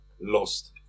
lost